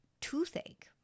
toothache